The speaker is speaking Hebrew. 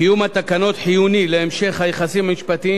קיום התקנות חיוני להמשך היחסים המשפטיים